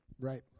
Right